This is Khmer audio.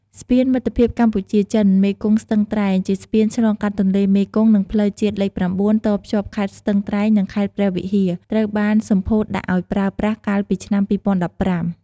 ស្ពានមិត្តភាពកម្ពុជា-ចិន មេគង្គស្ទឹងត្រែង ជាស្ពានឆ្លងកាត់ទន្លេមេគង្គ និងផ្លូវជាតិលេខ៩ តភ្ជាប់ខេត្តស្ទឹងត្រែង និងខេត្តព្រះវិហារ ត្រូវបានសម្ពោធដាក់ឲ្យប្រើប្រាស់ កាលពីឆ្នាំ២០១៥។